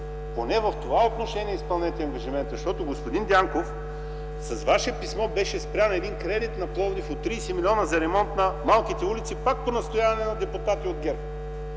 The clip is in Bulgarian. поне в това отношение изпълнете ангажимента, защото, господин Дянков, с Ваше писмо беше спрян един кредит на Пловдив от 30 милиона за ремонт на малките улици пак по настояване на депутати от ГЕРБ.